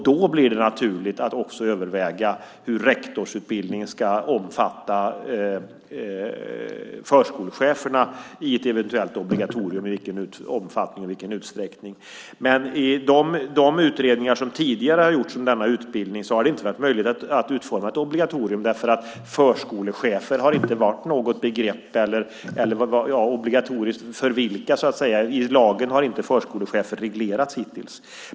Då blir det naturligt att också överväga i vilken omfattning och utsträckning rektorsutbildningen ska omfatta förskolecheferna i ett eventuellt obligatorium. I de utredningar som tidigare har gjorts om denna utbildning har det dock inte varit möjligt att utforma ett obligatorium eftersom förskolechefer inte har reglerats i lagen hittills.